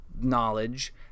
knowledge